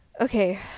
okay